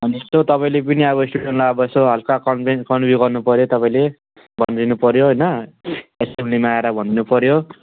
अनि यस्तो तपाईँले पनि अब स्टुडेन्टलाई अब यसो हल्का कन्भिन्स कन्भे गर्नुपऱ्यो तपाईँले भन्दिनुपऱ्यो होइन एसेम्ब्लीमा आएर भनिदिनुपऱ्यो